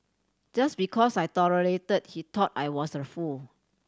just because I tolerated he thought I was a fool